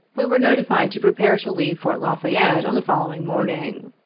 we were notified to prepare to leave fort la fayette on the following morning.